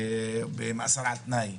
במאסר על תנאי,